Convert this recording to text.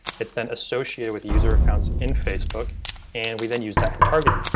it's then associated with user accounts in facebook and we then use that for targeting.